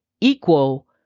equal